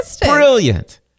Brilliant